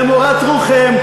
למורת רוחכם.